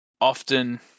Often